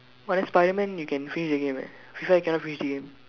but then Spiderman you can freeze the game leh Fifa you cannot freeze the game